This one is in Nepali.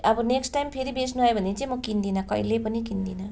अब नेक्स्ट टाइम फेरि बेच्नु आयो भने चाहिँ म किन्दिनँ कहिले पनि किन्दिनँ